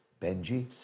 Benji